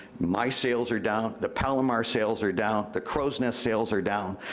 my sales are down, the palomar's sales are down, the crow's nest sales are down.